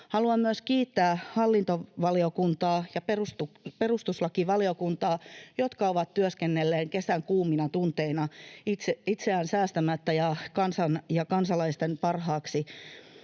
Haluan myös kiittää hallintovaliokuntaa ja perustuslakivaliokuntaa, jotka ovat työskennelleet kesän kuumina tunteina itseään säästämättä kansan ja kansalaisten parhaaksi.